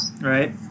Right